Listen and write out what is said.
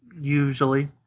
usually